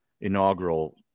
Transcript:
inaugural